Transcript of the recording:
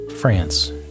France